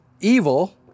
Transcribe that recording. evil